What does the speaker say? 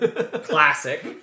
classic